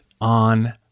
on